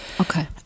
Okay